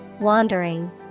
Wandering